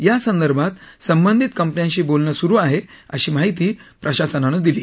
या संदर्भात संबंधित कम्पन्यांशी बोलणं सुरु आहे अशी माहिती प्रशासनानं दिली